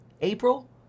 April